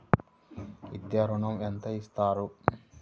విద్యా ఋణం ఎంత ఇస్తారు?